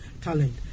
talent